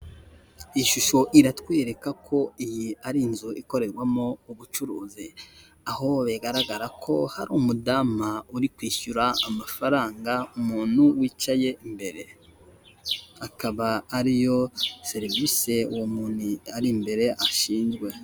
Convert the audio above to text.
Iyi shusho iratwereka ko iyi ari inzu ikorerwamo ubucuruzi, aho bigaragara ko hari umudamu uri kwishyura amafaranga umuntu wicaye imbere, akaba ariyo serivisi uwo muntu ari imbere ashinzwe.